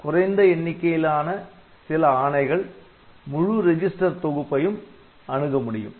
குறைந்த எண்ணிக்கையிலான சில ஆணைகள் முழு ரிஜிஸ்டர் தொகுப்பையும் அணுகமுடியும்